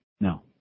No